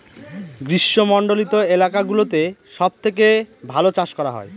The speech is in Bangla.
গ্রীষ্মমন্ডলীত এলাকা গুলোতে সব থেকে ভালো চাষ করা হয়